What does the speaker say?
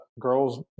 girls